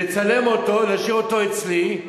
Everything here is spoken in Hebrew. לצלם אותו, להשאיר אותו אצלי,